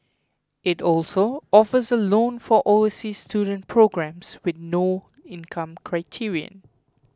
it also offers a loan for overseas children programmes with no income criterion